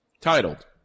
Titled